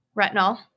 Retinol